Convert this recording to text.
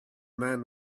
man